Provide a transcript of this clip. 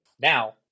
Now